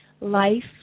life